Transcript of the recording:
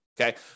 okay